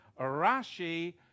Rashi